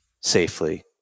safely